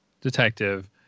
detective